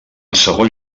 segon